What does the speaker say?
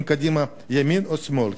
אם קדימה ימין או שמאל,